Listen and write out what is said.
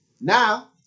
Now